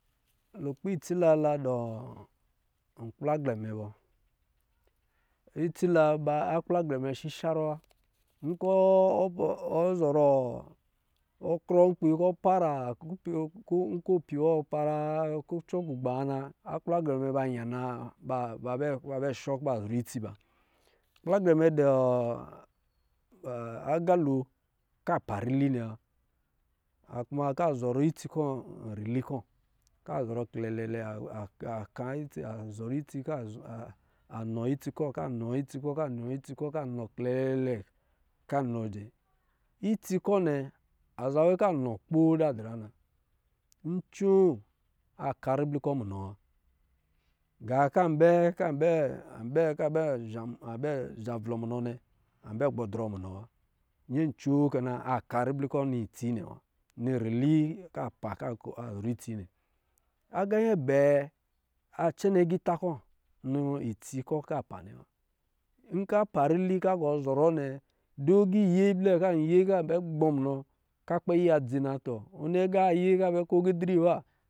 Lukpɛ itsila dɛ kplagɛnɛ bɔ itsila kplagɛmɛ shisarɔ wa nkɔ̄ ɔ zɔrɔ, ɔ krɔ nkpi kɔ para kupi-nkopi wɔ, ɔ para kucɔ kugba na, akplagɛmɛ ba yana, ba bɛ kɔ̄ ba bɛ shɔ kɔ̄ ba zoo itsi ba, kplagɛmɛ dɔ̄ a agalo ka pa rili nnɛ wa kuma ka zɔrɔ itsi kɔ̄ rili kɔ̄ ka zɔrɔ klɛlɛ aka itsi a zɔrɔ itsi, ka nɔ itsi kɔ̄-kanɔ itsi kɔ̄-ka nɔ itsi kɔ̄, ka nɔ klɛlɛlɛ, ka lo jɛ, itsi kɔ̄ nnɛ aza we kɔ̄ a nɔ kpoo dadra nna ncoo, aka ribli kɔ̄ munɔ wa gā kɔ̄ a bɛ kɔ̄ a bɛ, an bɛ ka bɛ zhavlɔ munɔ nnɛ an bɛ gbɛ drɔ munɔ wa. Nyɛ coo kɛna aka ribli kɔ̄ ni itsi nnɛ wa, nɔ riti ka pa ka zɔrɔ itsi nnɛ. Aga nyɛ bɛɛ a cɛnɛ aga ita kɔ̄ nɔ itsi kɔ̄ kɔ̄ a pa nnɛ wa nka pa ribi kɔ̄ a yɔɔ zɔrɔ nnɛ du agā iyɛ blɛ kɔ̄ a yee kɔ̄ an bɛ gbɔ munɔ kɔ̄ a kpɛ yi ya dzi na tɔ, ɔ agā ye kɔ̄ a, ko kidri wa